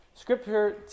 Scripture